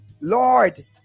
Lord